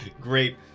Great